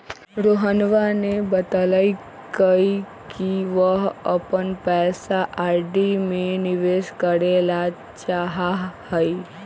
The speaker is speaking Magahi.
रोहनवा ने बतल कई कि वह अपन पैसा आर.डी में निवेश करे ला चाहाह हई